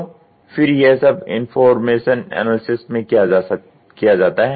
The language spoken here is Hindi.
तो फिर यह सब इंफोरनाशन एनालिसिस में किया जाता है